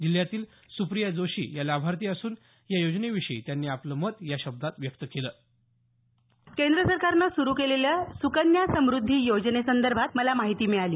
जिल्ह्यातील सुप्रिया जोशी या लाभार्थी असून या योजनेविषयी त्यांनी आपलं मत या शब्दात व्यक्त केलं केंद्र सरकारनं सुरू केलेल्या सुकन्या समृध्दी योजनेसंदर्भात मला माहिती मिळाली